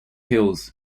hills